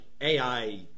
AI